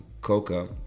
Coca